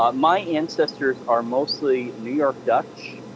um my ancestors are mostly new york dutch,